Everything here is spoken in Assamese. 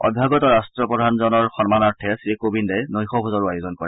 অভ্যাগত ৰাট্টপ্ৰধানজনৰ সন্মানাৰ্থে শ্ৰী কোবিন্দে নৈশ ভোজৰো আয়োজন কৰে